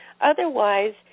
Otherwise